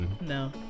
No